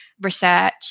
research